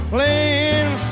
Playing